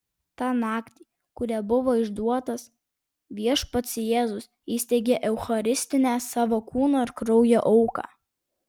tą naktį kurią buvo išduotas viešpats jėzus įsteigė eucharistinę savo kūno ir kraujo auką